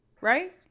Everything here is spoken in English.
Right